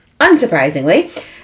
Unsurprisingly